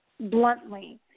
bluntly